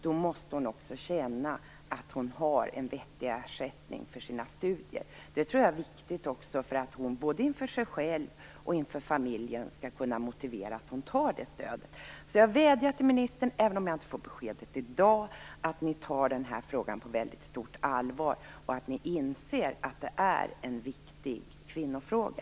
Då måste hon också känna att hon har en vettig ersättning för sina studier. Jag tror att det är viktigt för att hon, både inför sig själv och inför familjen, skall kunna motivera att hon tar det stödet. Jag vädjar till ministern, även om jag inte får beskedet i dag, att ni tar den här frågan på mycket stort allvar och att ni inser att det är en viktig kvinnofråga.